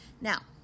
Now